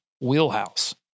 wheelhouse